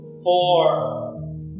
Four